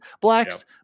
blacks